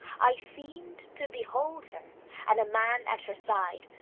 i seemed to behold her and a man at her side,